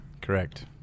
Correct